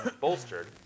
bolstered